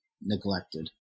neglected